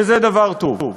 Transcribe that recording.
וזה דבר טוב.